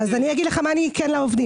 אז אני אגיד לך מה כן לעובדים.